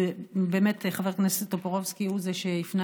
באמת חבר הכנסת טופורובסקי הוא זה שהפנה